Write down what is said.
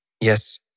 Yes